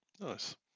Nice